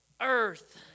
earth